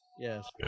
yes